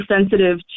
sensitive